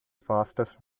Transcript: fastest